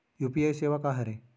UPI सेवा का हरे?